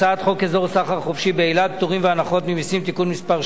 אזור סחר חופשי באילת (פטורים והנחות ממסים) (תיקון מס' 6),